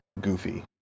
goofy